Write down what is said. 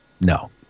No